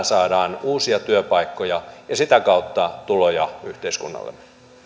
saadaan uusia työpaikkoja ja sitä kautta tuloja yhteiskunnalle